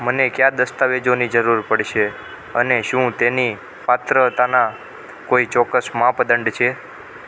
મને કયા દસ્તાવેજોની જરૂર પડશે અને શું તેની પાત્રતાના કોઈ ચોક્કસ માપદંડ છે